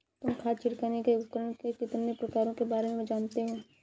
तुम खाद छिड़कने के उपकरण के कितने प्रकारों के बारे में जानते हो?